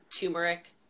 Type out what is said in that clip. turmeric